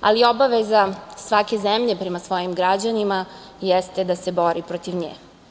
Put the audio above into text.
ali i obaveza svake zemlje prema svojim građanima jeste da se bori protiv nje.